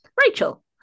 Rachel